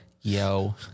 yo